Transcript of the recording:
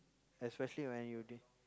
especially when you d~